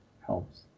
helps